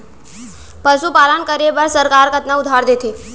पशुपालन करे बर सरकार कतना उधार देथे?